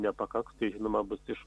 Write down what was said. nepakaks tai žinoma bus iš